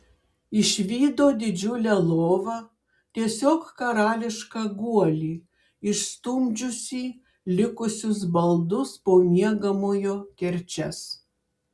išvydo didžiulę lovą tiesiog karališką guolį išstumdžiusį likusius baldus po miegamojo kerčias